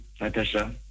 Natasha